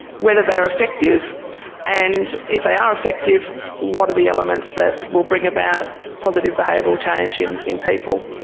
whether they're effective and if they are effective what are the elements that will bring about positive behavioural change in in people?